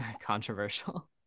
controversial